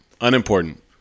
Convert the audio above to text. Unimportant